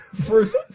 First